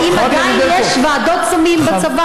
חברת הכנסת ברקו, האם עדיין יש ועדות סמים בצבא?